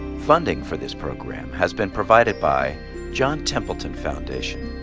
funding for this program has been provided by john templeton foundation,